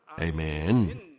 Amen